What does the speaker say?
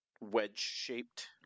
wedge-shaped